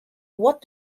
what